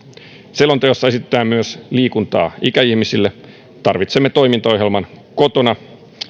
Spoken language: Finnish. selonteossa esitetään myös liikuntaa ikäihmisille tarvitsemme toimintaohjelman kotona